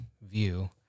view